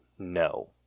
no